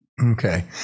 Okay